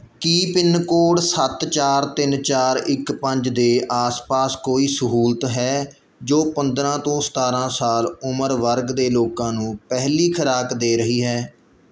ਕੀ pin code ਸੱਤ ਚਾਰ ਤਿੰਨ ਚਾਰ ਇੱਕ ਪੰਜ ਦੇ ਆਸ ਪਾਸ ਕੋਈ ਸਹੂਲਤ ਹੈ ਜੋ ਪੰਦਰਾਂ ਤੋਂ ਸਤਾਰਾਂ ਸਾਲ ਉਮਰ ਵਰਗ ਦੇ ਲੋਕਾਂ ਨੂੰ ਪਹਿਲੀ ਖੁਰਾਕ ਦੇ ਰਹੀ ਹੈ